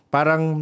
Parang